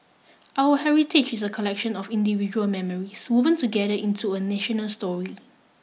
our heritage is a collection of individual memories woven together into a national story